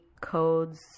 codes